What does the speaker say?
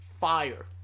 fire